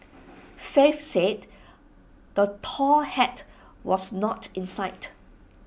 faith said the tall hat was not in sight